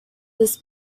this